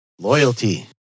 Loyalty